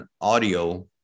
audio